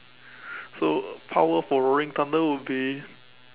so power for roaring thunder would be